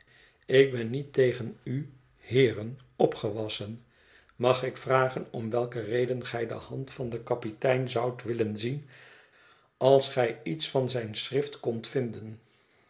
ik ben niet tegen u heeren opgewassen mag ik vragen om welke reden gij de hand van den kapitein zoudt willen zien als gij iets van zijn schrift kondt vinden